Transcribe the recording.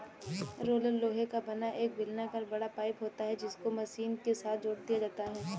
roller लोहे का बना एक बेलनाकर बड़ा पाइप होता है जिसको मशीन के साथ जोड़ दिया जाता है